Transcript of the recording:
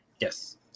Yes